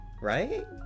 right